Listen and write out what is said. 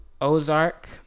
ozark